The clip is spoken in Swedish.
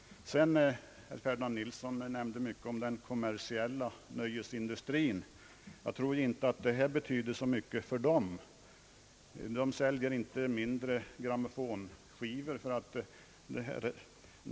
Herr Ferdinand Nilsson talade också mycket om den kommersiella nöjesindustrin. Jag tror inte att ett förbud betyder så mycket för den. Den säljer inte ett mindre antal grammofonskivor för det.